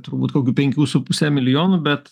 turbūt kokių penkių su puse milijonų bet